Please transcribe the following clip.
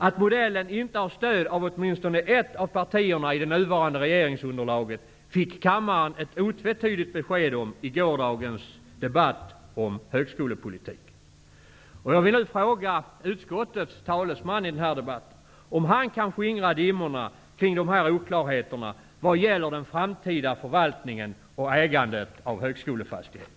att modellen inte har stöd av åtminstone ett av partierna i det nuvarande regeringsunderlaget, fick kammaren ett otvetydigt besked om i gårdagens debatt om högskolepolitiken. Kan utskottets talesman skingra dimmorna kring dessa oklarheter vad gäller den framtida förvaltningen och ägandet av högskolefastigheter?